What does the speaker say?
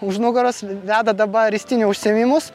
už nugaros veda dabar ristynių užsiėmimus